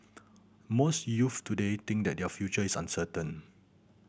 most youths today think that their future is uncertain